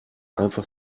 einfach